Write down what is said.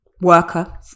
worker